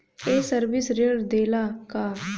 ये सर्विस ऋण देला का?